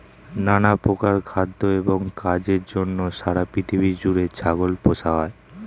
নানা প্রকার খাদ্য এবং কাজের জন্য সারা পৃথিবী জুড়ে ছাগল পোষা হয়